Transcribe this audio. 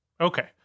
Okay